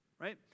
Right